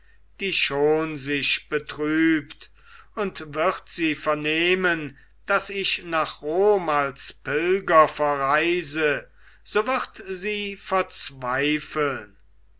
die schon sich betrübt und wird sie vernehmen daß ich nach rom als pilger verreise so wird sie verzweifeln